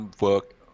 work